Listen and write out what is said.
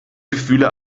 gefühle